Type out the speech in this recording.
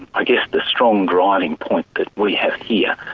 i guess, the strong driving point that we have here,